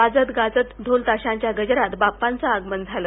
वाजत गाजत ढोल ताशांच्या गजरात बाप्पाचं आगमन झालं